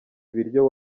ibiryo